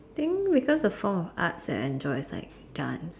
think because a form of arts I enjoy is like dance